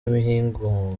imihigo